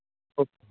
okay